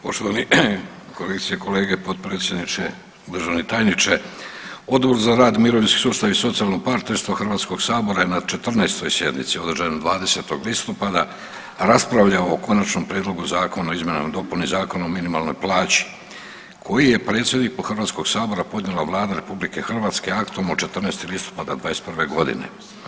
Poštovani kolegice i kolege, potpredsjedniče, državni tajniče Odbor za rad, mirovinski sustav i socijalno partnerstvo je na 14. sjednici održanoj 20. listopada raspravljao o Konačnom Zakona o izmjenama i dopuni Zakona o minimalnoj plaći koji je predsjedniku Hrvatskog sabora podnijela Vlada RH aktom od 14. listopada '21. godine.